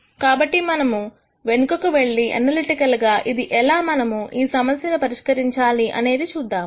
కాబట్టి మనం వెనుకకు వెళ్లి అనలిటికల్ గా ఇది ఎలా మనము ఈ సమస్యను పరిష్కరించాలి అనేది చూద్దాము